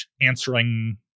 answering